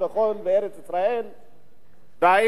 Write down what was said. על זכותנו להתיישב בארץ-ישראל,